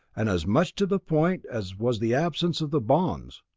and as much to the point as was the absence of the bonds.